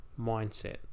mindset